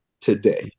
today